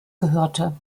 gehörte